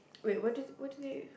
wait what did what did they